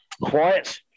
quiet